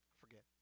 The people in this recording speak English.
forget